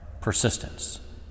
persistence